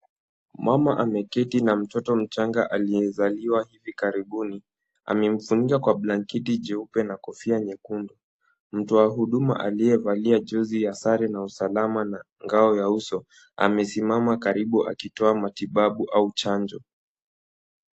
Mama ameketi na mtoto mchanga aliyezaliwa hivi karibuni. Amemfunika kwa blanketi jeupe na kofia nyekundu. Mtoa huduma aliyevalia jezi ya sare na usalama na ngao ya uso amesimama karibu akitoa matibabu au chanjo.